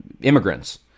immigrants